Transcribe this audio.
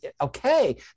okay